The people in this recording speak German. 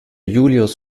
julius